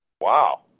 Wow